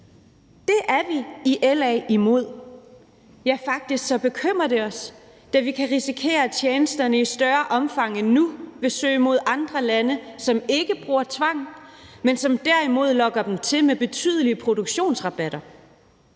Det er vi i LA imod; ja, faktisk så bekymrer det os, da vi kan risikere, at tjenesterne i større omfang end nu vil søge mod andre lande, som ikke bruger tvang, men som derimod lokker dem til med betydelige produktionsrabatter.